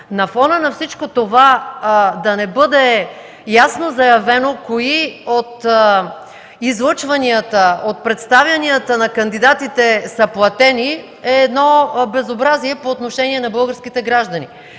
на фона на всичко това да не бъде ясно заявено кои от излъчванията, от представянията на кандидатите са платени е безобразие по отношение на българските граждани.